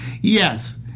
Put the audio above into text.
yes